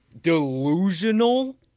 delusional